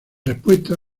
respuesta